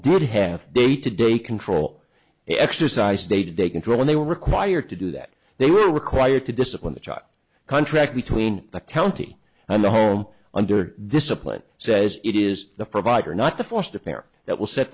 did have day to day control exercised day to day control when they were required to do that they were required to discipline the child contract between the county and the home under discipline it says it is the provider not the foster parent that will set